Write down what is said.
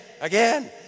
again